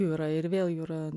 jų yra ir vėl yra